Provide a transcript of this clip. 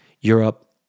Europe